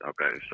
Okay